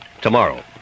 tomorrow